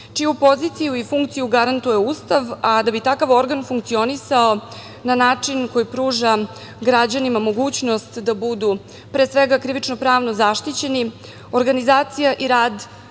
čiju poziciju i funkciju garantuje Ustav, a da bi takav organ funkcionisao na način koji pruža građanima mogućnost da budu, pre svega krivično-pravno zaštićeni. Organizacija i rad